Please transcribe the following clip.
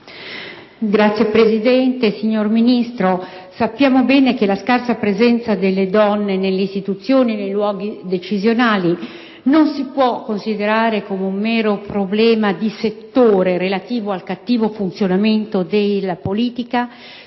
Signora Presidente, signora Ministro, sappiamo bene che la scarsa presenza delle donne nelle istituzioni e nei luoghi decisionali non si può considerare come un mero problema di settore relativo al cattivo funzionamento della politica,